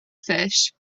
fish